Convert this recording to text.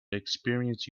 experience